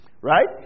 Right